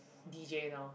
d_j now